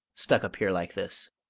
stuck up here like this!